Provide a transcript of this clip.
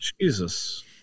Jesus